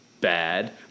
bad